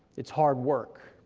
it's hard work,